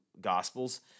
Gospels